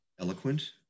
eloquent